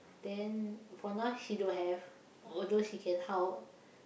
then for now she don't have although she can help